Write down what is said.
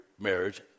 marriage